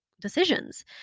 decisions